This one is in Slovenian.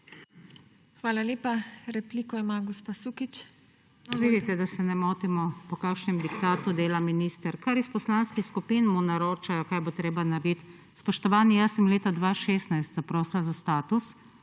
Hvala lepa. Repliko ima gospa Sukič.